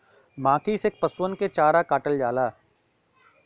बांकी से पसुअन के चारा काटल जाला